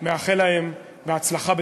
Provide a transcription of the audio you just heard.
מאחל להם הצלחה בתפקידם.